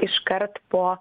iškart po